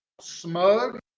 smug